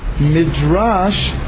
Midrash